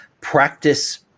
practice